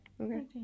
okay